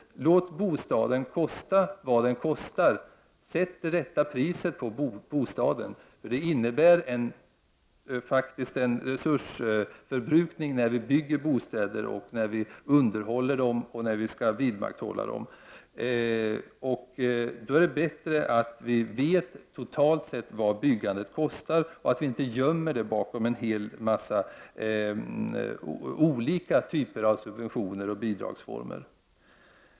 Låt bostaden kosta vad den kostar! Sätt det rätta priset på bostaden, för det innebär faktiskt en resursförbrukning när vi bygger bostäder och när vi underhåller och skall vidmakthålla dem. Då är det bättre att vi vet totalt sett vad byggandet kostar och inte gömmer det bakom en hel massa olika subventioner och bidragsformer.